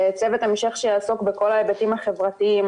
צוות המשך שיעסוק בכל ההיבטים החברתיים,